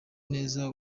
neza